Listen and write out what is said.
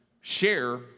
share